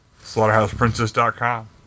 SlaughterhousePrincess.com